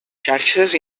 xarxes